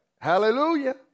hallelujah